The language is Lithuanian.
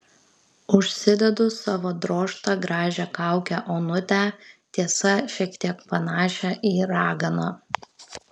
užsidedu savo drožtą gražią kaukę onutę tiesa šiek tiek panašią į raganą